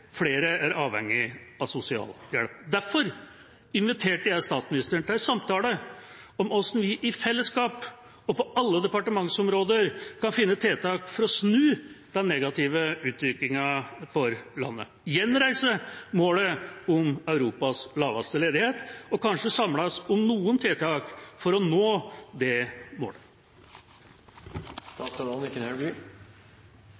flere er avhengig av sosialhjelp. Derfor inviterte jeg statsministeren til en samtale om hvordan vi i fellesskap og på alle departementsområder skal finne tiltak for å snu den negative utviklingen for landet, gjenreise målet om Europas laveste ledighet og kanskje samles om noen tiltak for å nå det